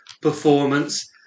performance